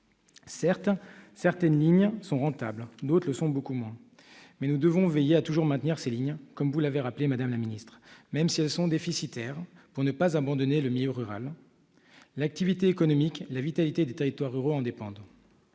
Certes, certaines lignes sont rentables et d'autres le sont beaucoup moins. Mais nous devons veiller à toujours maintenir ces lignes, comme vous l'avez rappelé, madame la ministre, même si elles sont déficitaires, pour ne pas abandonner le milieu rural. L'activité économique, la vitalité des territoires ruraux en dépendent.